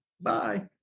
Bye